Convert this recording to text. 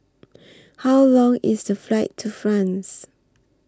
How Long IS The Flight to France